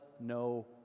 no